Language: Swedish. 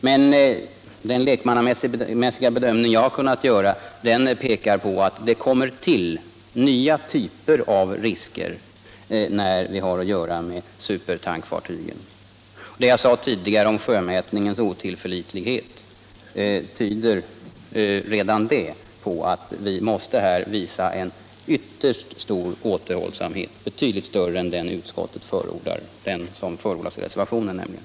Men enligt den lekmannamässiga bedömning som jag har kunnat göra kommer det till nya typer av risker när vi har att göra med supertankfartygen. Redan sjömätningens otillförlitlighet, som jag tidigare talade om, tyder på att vi här måste visa ytterst stor återhållsamhet, betydligt större än den utskottet förordar. En sådan större återhållsamhet förordas i reservationen.